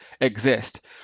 exist